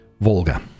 Volga